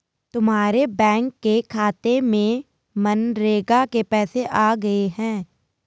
तुम्हारे बैंक के खाते में मनरेगा के पैसे आ गए हैं